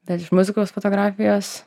bet iš muzikos fotografijos